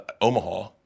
Omaha